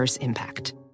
Impact